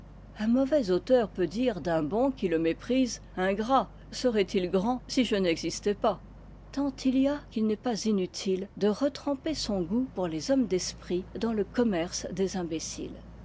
un mauvais auteur peut dire d'un bon qui le méprise ingrat serait-il grand si je n'existais pas tant y a qu'il n'est pas inutile de retremper son goût pour les hommes d'esprit dans le commerce des imbéciles